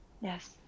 Yes